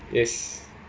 yes